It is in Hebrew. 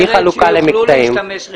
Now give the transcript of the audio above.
בלי חלוקה למקטעים.